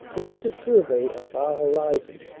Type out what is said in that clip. there to survey a far horizon.